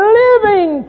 living